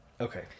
okay